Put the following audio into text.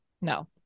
No